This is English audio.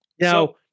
Now